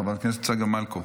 חברת הכנסת צגה מלקו.